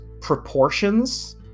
proportions